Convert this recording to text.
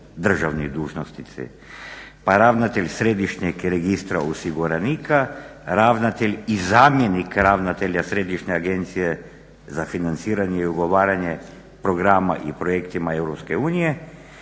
državni dužnosnici. Pa ravnatelj Središnjeg registra osiguranika, ravnatelj i zamjenik ravnatelja Središnje agencije za financiranje i ugovaranje programa i projektima EU